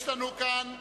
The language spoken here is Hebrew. יש לנו כאן הסתייגויות,